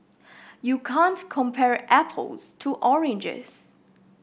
you can't compare apples to oranges